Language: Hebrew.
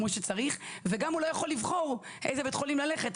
כראוי ולטפל בו כמו שצריך וגם הוא לא יכול לבחור לאיזה בית חולים ללכת,